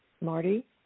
Marty